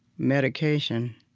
medication.